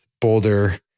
Boulder